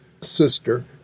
sister